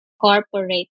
corporate